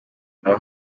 aho